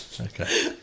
Okay